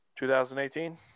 2018